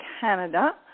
Canada